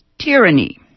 tyranny